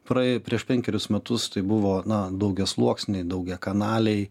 praėję prieš penkerius metus tai buvo na daugiasluoksniai daugiakanaliai